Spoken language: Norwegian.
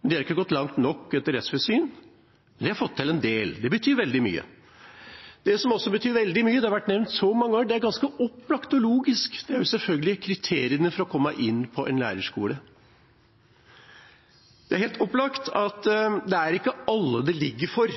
men de har fått til en del. Det betyr veldig mye. Det som også betyr veldig mye – det har vært nevnt så mange ganger, og det er ganske opplagt og logisk – er selvfølgelig kriteriene for å komme inn på en lærerskole. Det er helt opplagt at det ikke er alle det ligger for